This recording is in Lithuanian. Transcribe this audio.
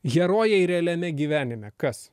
herojai realiame gyvenime kas